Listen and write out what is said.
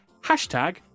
Hashtag